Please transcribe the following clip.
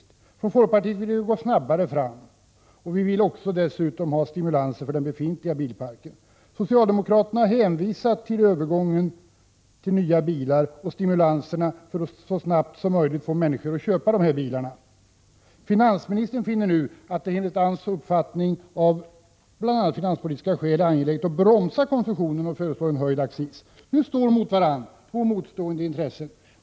Från folkpartiet vill vi gå snabbare fram, och vi vill dessutom ha stimulanser för den befintliga bilparken. Socialdemokraterna har hänvisat till övergången till nya bilar och stimulanserna för att så snabbt som möjligt få människor att köpa dessa bilar. Finansministern finner nu att det enligt hans uppfattning, av bl.a. finanspolitiska skäl, är angeläget att bromsa konsumtionen och föreslår en höjd accis. Nu står mot varandra två motstående intressen.